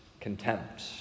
contempt